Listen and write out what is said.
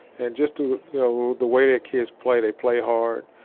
and just the way that kids play, play hard,